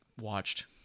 watched